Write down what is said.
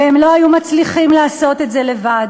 והם לא היו מצליחים לעשות את זה לבד.